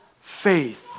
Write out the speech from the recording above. faith